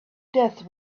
death